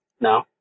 No